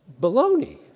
Baloney